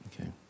Okay